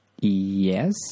Yes